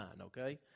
okay